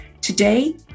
Today